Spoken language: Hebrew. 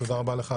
תודה רבה לך,